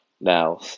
Now